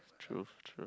true true